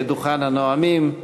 לדוכן הנואמים.